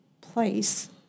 place